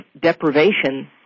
deprivation